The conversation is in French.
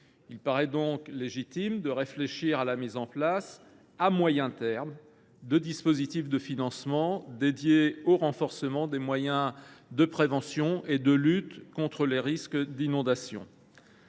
Il paraît donc légitime de réfléchir à la mise en place, à moyen terme, de dispositifs de financement dédiés au renforcement des moyens de prévention et de lutte contre les risques d’inondation.